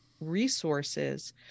resources